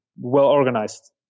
well-organized